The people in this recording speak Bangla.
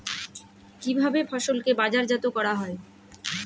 কিভাবে ফসলকে বাজারজাত করা হয়?